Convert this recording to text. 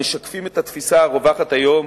המשקפים את התפיסה הרווחת היום,